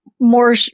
more